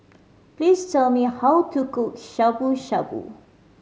please tell me how to cook Shabu Shabu